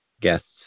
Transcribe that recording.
guests